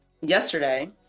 yesterday